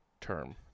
Term